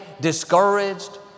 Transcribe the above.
discouraged